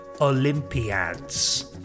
Olympiads